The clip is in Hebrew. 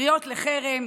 קריאות לחרם,